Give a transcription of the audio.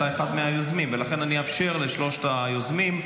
אתה אחד מהיוזמים, ולכן אני אאפשר לשלושת היוזמים,